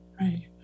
Right